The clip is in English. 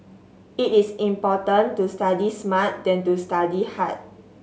it is important to study smart than to study hard